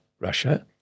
Russia